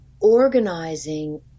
organizing